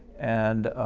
and,